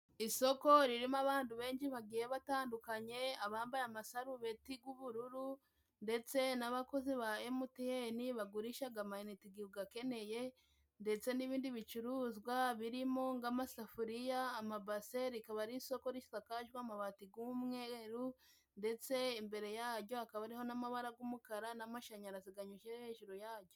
Isoko ririmo abantu benshi bagiye batandukanye abambaye amasarubeti g'ubururu ndetse n'abakozi ba emutiyeni bagurishaga amayinite igihe ugakeneye ndetse n'ibindi bicuruzwa birimo ng'amasafuriya, amabase rikaba ari isoko risakajwe amabati g'umweru ndetse imbere yajyo hakaba hariho n'amabara g'umukara n'amashanyarazi ganyuze hejuru yajyo.